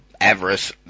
avarice